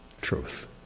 truth